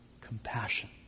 compassion